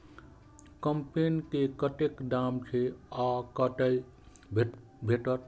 कम्पेन के कतेक दाम छै आ कतय भेटत?